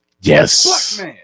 Yes